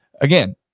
Again